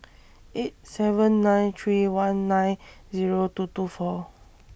eight seven nine three one nine Zero two two four